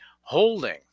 holding